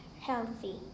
healthy